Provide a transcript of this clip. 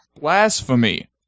Blasphemy